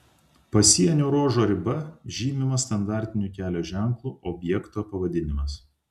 pasienio ruožo riba žymima standartiniu kelio ženklu objekto pavadinimas